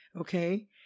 okay